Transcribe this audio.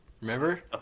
Remember